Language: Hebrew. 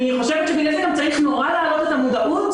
אני חושבת שבגלל זה גם צריך מאוד להעלות את המודעות